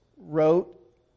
wrote